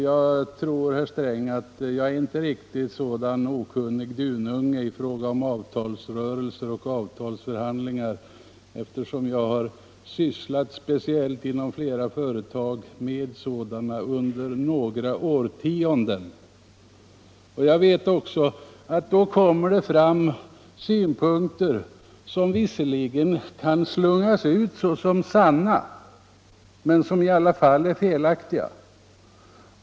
Jag är nog inte, herr Sträng, någon riktigt så okunnig duvunge när det gäller avtalsrörelser och avtalsförhandlingar, eftersom jag inom flera företag speciellt har ägnat mig åt sådant arbete under flera årtionden. Jag vet att det i sådana sammanhang kan komma fram synpunkter, som visserligen slungas ut såsom sanna men som i alla fall är felaktiga.